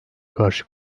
karşı